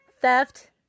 theft